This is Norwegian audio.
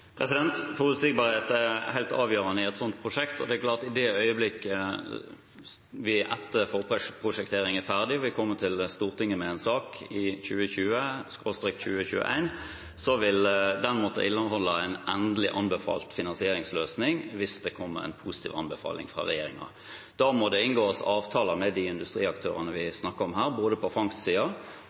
med forutsigbarhet. Forutsigbarhet er helt avgjørende i et slikt prosjekt, og det er klart at i det øyeblikk forprosjekteringen er ferdig og vi kommer til Stortinget med en sak i 2020/2021, vil den måtte inneholde en endelig anbefalt finansieringsløsning hvis det kommer en positiv anbefaling fra regjeringen. Da må det inngås avtaler med de industriaktørene vi snakker om her, både på